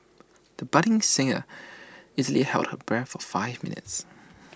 the budding singer easily held her breath for five minutes